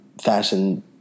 fashion